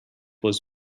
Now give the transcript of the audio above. was